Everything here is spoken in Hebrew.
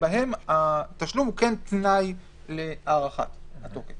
שבהם התשלום הוא כן תנאי להארכת התוקף.